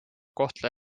kohtla